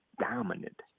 dominant